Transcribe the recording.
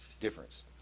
difference